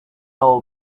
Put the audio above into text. know